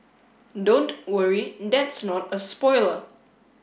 don't worry that's not a spoiler